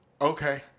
Okay